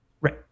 right